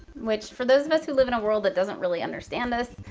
which, for those of us who live in a world that doesn't really understand us,